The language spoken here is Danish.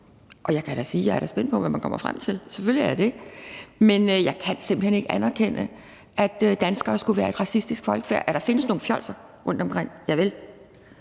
og jeg kan da sige, at jeg er spændt på, hvad man kommer frem til, selvfølgelig er jeg det. Men jeg kan simpelt hen ikke anerkende, at danskerne skulle være et racistisk folkefærd. At der findes nogle fjolser rundtomkring, javel,